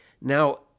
Now